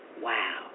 Wow